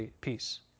peace